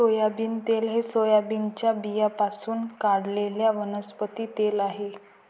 soybean तेल हे सोयाबीनच्या बियाण्यांपासून काढलेले वनस्पती तेल आहे